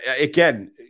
again